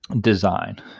design